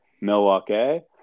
milwaukee